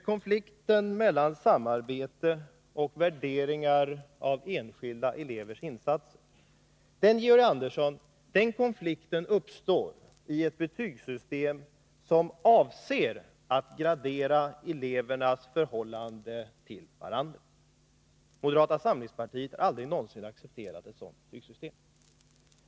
Konflikten mellan samarbete och värderingar av enskilda elevers insatser uppstår i ett betygssystem som avser att gradera elevernas kunskaper i förhållande till varandra. Moderata samlingspartiet har aldrig accepterat ett sådant betygssystem.